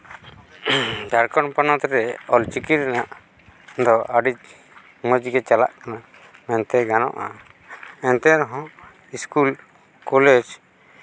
ᱡᱷᱟᱲᱠᱷᱚᱸᱰ ᱯᱚᱱᱚᱛ ᱨᱮ ᱚᱞᱪᱤᱠᱤ ᱨᱮᱱᱟᱜ ᱫᱚ ᱟᱹᱰᱤ ᱢᱚᱡᱽ ᱜᱮ ᱪᱟᱞᱟᱜ ᱠᱟᱱᱟ ᱢᱮᱱᱛᱮ ᱜᱟᱱᱚᱜᱼᱟ ᱮᱱᱛᱮ ᱨᱮᱦᱚᱸ ᱥᱠᱩᱞ ᱠᱚᱞᱮᱡᱽ